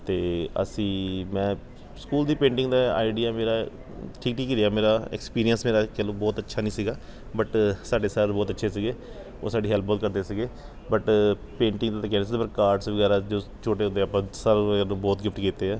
ਅਤੇ ਅਸੀਂ ਮੈਂ ਸਕੂਲ ਦੀ ਪੇਂਟਿੰਗ ਦਾ ਆਈਡੀਆ ਮੇਰਾ ਠੀਕ ਠੀਕ ਹੀ ਰਿਹਾ ਮੇਰਾ ਐਕਸਪੀਰੀਅੰਸ ਮੇਰਾ ਚਲੋ ਬਹੁਤ ਅੱਛਾ ਨਹੀਂ ਸੀਗਾ ਬਟ ਸਾਡੇ ਸਰ ਬਹੁਤ ਅੱਛੇ ਸੀਗੇ ਉਹ ਸਾਡੀ ਹੈਲਪ ਬਹੁਤ ਕਰਦੇ ਸੀਗੇ ਬਟ ਪੇਂਟਿੰਗ ਪਰ ਕਾਰਡਸ ਵਗੈਰਾ ਜਦੋਂ ਛੋਟੇ ਹੁੰਦੇ ਆਪਾਂ ਬਹੁਤ ਗਿਫਟ ਕੀਤੇ ਹੈ